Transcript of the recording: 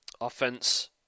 offense